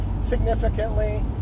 significantly